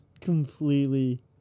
completely